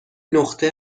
نقطه